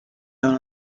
down